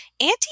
Auntie